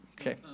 Okay